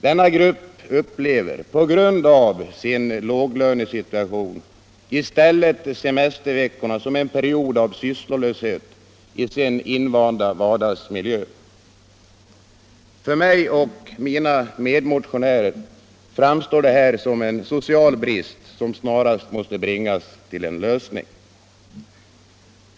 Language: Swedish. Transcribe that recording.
Denna grupp upplever på grund av sin låglönesituation i stället semesterveckorna som en period av sysslolöshet i sin invanda vardagsmiljö. För mig och mina medmotionärer framstår detta som en social brist som snarast måste avhjälpas.